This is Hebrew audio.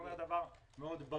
אומר דבר ברור מאוד: